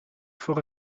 voor